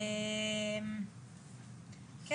אני